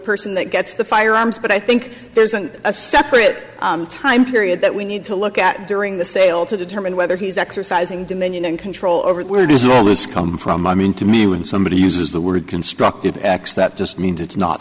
person that gets the firearms but i think there's a separate time period that we need to look at during the sale to determine whether he's exercising dominion and control over where does all this come from i mean to me when somebody uses the word constructive acts that just means it's not